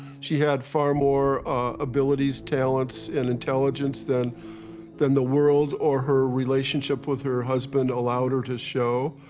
she had far more abilities, talents, and intelligence than than the world or her relationship with her husband allowed her to show,